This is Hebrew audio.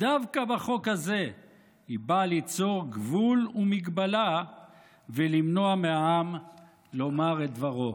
דווקא בחוק הזה היא ליצור גבול והגבלה ולמנוע מהעם לומר את דברו.